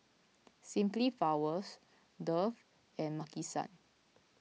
Simply Flowers Dove and Maki San